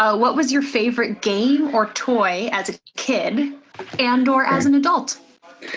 ah what was your favorite game or toy as a kid and or as an adult?